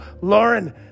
Lauren